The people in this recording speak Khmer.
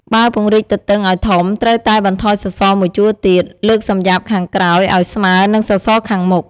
បើពង្រីកទទឹងឲ្យធំត្រូវតែបន្ថយសសរ១ជួរទៀត លើកសំយាបខាងក្រោយឲ្យស្មើនឹងសសរខាងមុខ។